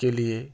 کے لیے